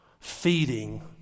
feeding